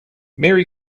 merry